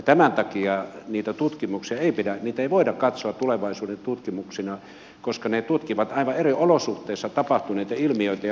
tämän takia niitä tutkimuksia ei voida katsoa tulevaisuuden tutkimuksina koska ne tutkivat aivan eri olosuhteissa tapahtuneita ilmiöitä ja asioita